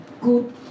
good